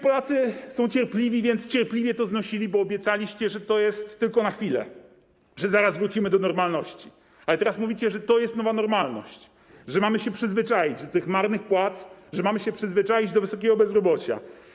Polacy są cierpliwi, więc cierpliwie to znosili, bo obiecaliście, że to jest tylko na chwilę, że zaraz wrócimy do normalności, ale teraz mówicie, że to jest nowa normalność, że mamy się przyzwyczaić do tych marnych płac, że mamy się przyzwyczaić do wysokiego bezrobocia.